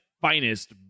finest